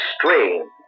strange